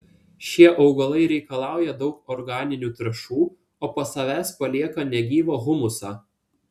šie augalai reikalauja daug organinių trąšų o po savęs palieka negyvą humusą